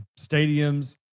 stadiums